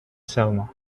selma